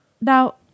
Now